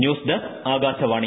news desk Akashvani